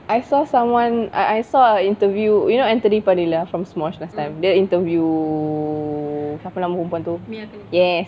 I saw someone I I saw a interview you know anthony padilla from smosh last time dia interview siapa perempuan tu yes